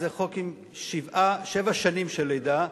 וזה חוק עם שבע שנים של לידה,